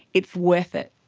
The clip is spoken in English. it's worth it,